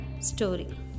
story